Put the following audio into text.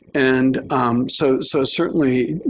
and so, so certainly,